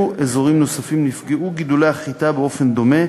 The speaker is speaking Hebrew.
אזורים נוספים נפגעו גידולי החיטה באופן דומה,